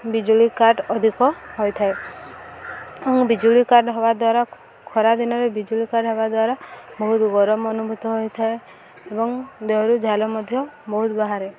ବିଜୁଳି କାଟ ଅଧିକ ହୋଇଥାଏ ବିଜୁଳି କାଟ ହବା ଦ୍ୱାରା ଖରା ଦିନରେ ବିଜୁଳି କାଟ ହେବା ଦ୍ୱାରା ବହୁତ ଗରମ ଅନୁଭୂତ ହୋଇଥାଏ ଏବଂ ଦେହରୁ ଝାଳ ମଧ୍ୟ ବହୁତ ବାହାରେ